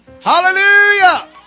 Hallelujah